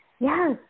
Yes